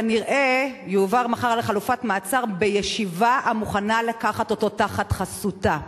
וכנראה שיועבר מחר לחלופת מעצר בישיבה המוכנה לקחת אותו תחת חסותה.